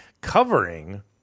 covering